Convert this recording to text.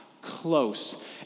close